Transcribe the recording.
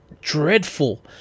dreadful